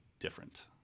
different